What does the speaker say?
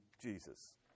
Jesus